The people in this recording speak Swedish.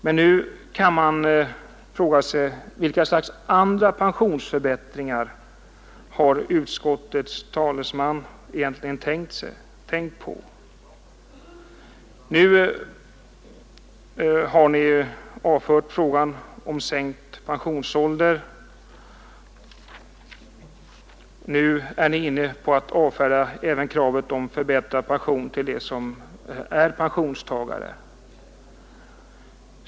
Men nu kan man fråga sig: Vilka slags ”andra” pensionsförbättringar har utskottets talesman egentligen tänkt på? Ni har ju avfört frågan om sänkt pensionsålder — nu är ni inne på att avfärda även kravet på förbättrad pension till dem som nu är pensionstagare.